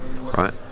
right